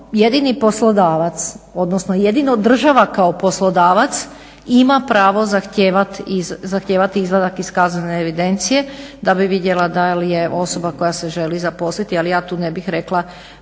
jedini poslodavac odnosno jedino država kao poslodavac ima pravo zahtijevati izvadak iz kaznene evidencije da bi vidjela da je osoba koja se želi zaposliti ali ja tu ne bih rekla